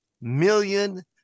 million